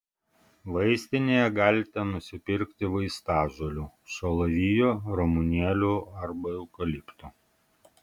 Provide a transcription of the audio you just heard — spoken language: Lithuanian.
vaistinėje galite nusipirkti vaistažolių šalavijo ramunėlių arba eukalipto